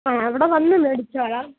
ആ അവിടെ വന്ന് മേടിച്ചോളാം